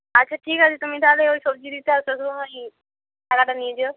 আচ্ছা ঠিক আছে তুমি তাহলে ওই সবজি দিতে আসার টাকাটা নিয়ে যেও